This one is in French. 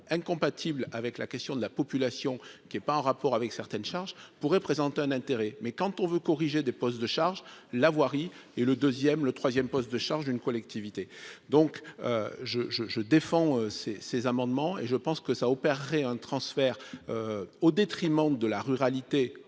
incompatibles avec la question de la population qui est pas en rapport avec certaines charges pourraient présente un intérêt, mais quand on veut corriger des postes de charges la voirie et le 2ème, le 3ème poste de charge d'une collectivité, donc je je je défends ces ces amendements et je pense que ça a opéré un transfert au détriment de la ruralité